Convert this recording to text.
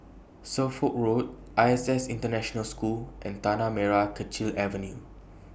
Suffolk Road I S S International School and Tanah Merah Kechil Avenue